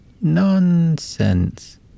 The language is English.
Nonsense